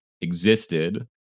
existed